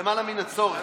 למעלה מן הצורך,